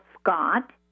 Scott